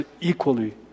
equally